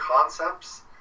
concepts